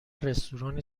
رستوران